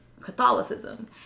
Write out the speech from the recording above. Catholicism